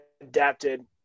adapted